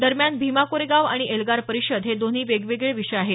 दरम्यान भीमा कोरेगाव आणि आणि एल्गार परिषद हे दोन्ही वेगवेगळे विषय आहेत